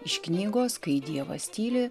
iš knygos kai dievas tyli